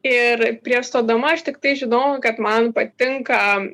ir prieš stodama aš tiktai žinojau kad man patinka